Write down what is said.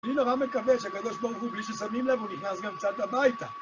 אני נורא מקווה שהקב' ברוך הוא בלי ששמים לב, הוא נכנס גם קצת הביתה.